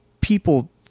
people